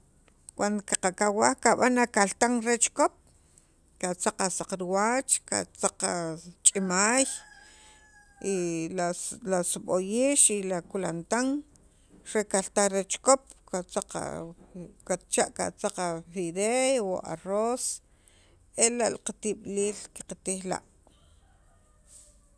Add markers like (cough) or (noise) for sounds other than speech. cuando qa qawaj kab'an akaltan re chikop katzaq a saqriwach qatzaq a ch'imaay (noise) la la sib'oyix la kulantan re kaltan re chikop katzaq (hesitation) katzaq fideo o arroz ela' qatib'iliil qatijla' (noise)